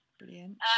Brilliant